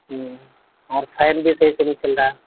ہوں اور فین بھی صحیح سے نہیں چل رہا ہے